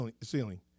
ceiling